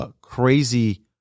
Crazy